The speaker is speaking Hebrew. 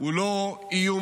הוא איום